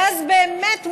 ואז באמת,